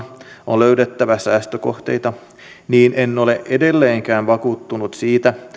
on löydettävä säästökohteita niin en ole edelleenkään vakuuttunut siitä